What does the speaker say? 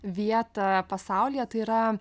vietą pasaulyje tai yra